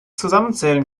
zusammenzählen